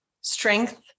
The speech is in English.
strength